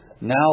Now